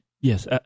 Yes